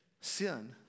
sin